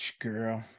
girl